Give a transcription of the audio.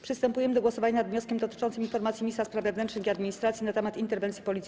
Przystępujemy do głosowania nad wnioskiem dotyczącym informacji ministra spraw wewnętrznych i administracji na temat interwencji policji.